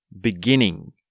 beginning